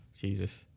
Jesus